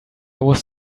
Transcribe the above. was